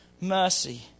mercy